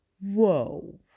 Whoa